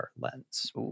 lens